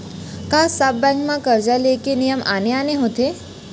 का सब बैंक म करजा ले के नियम आने आने होथे?